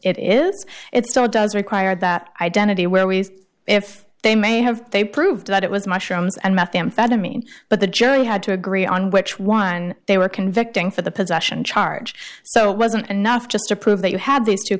it is it's so it does require that identity where we see if they may have they proved that it was mushrooms and methamphetamine but the jury had to agree on which one they were convicting for the possession charge so it wasn't enough just to prove that you had these two